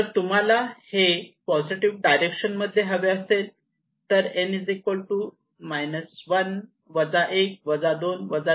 जर तुम्हाला हे पॉझिटिव्ह डायरेक्शन मध्ये हवे असेल तर n 1 2 3